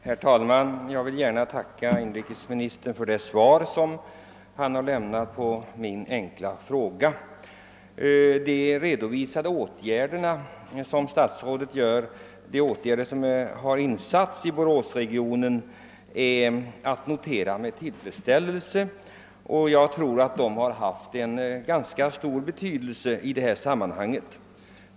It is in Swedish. Herr talman! Jag vill tacka inrikesministern för det svar han lämnat på min enkla fråga. De åtgärder som enligt statsrådet vidtagits i Boråsregionen har jag noterat med tillfredsställelse, och jag tror att de haft en ganska stor betydelse i detta sammanhang.